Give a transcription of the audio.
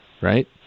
right